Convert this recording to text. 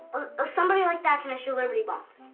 or somebody like that can issue liberty bonds.